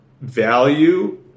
value